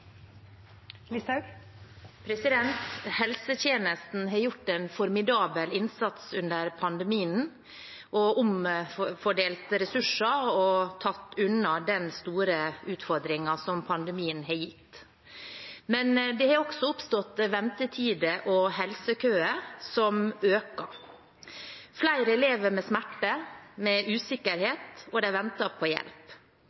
Helsetjenesten har gjort en formidabel innsats under pandemien og omfordelt ressurser og tatt unna den store utfordringen som pandemien har gitt. Men det har også oppstått ventetider og helsekøer, som øker. Flere lever med smerte, med